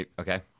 Okay